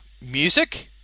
music